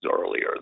earlier